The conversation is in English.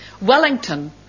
Wellington